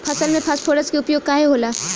फसल में फास्फोरस के उपयोग काहे होला?